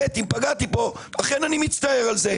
ב', אם פגעתי בו אכן אני מצטער על זה.